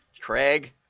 Craig